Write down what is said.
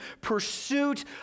pursuit